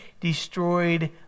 destroyed